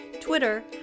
Twitter